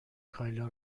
کایلا